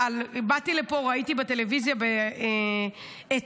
באתי לפה, ראיתי בטלוויזיה על